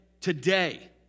today